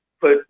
put